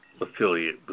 affiliate